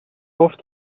گفت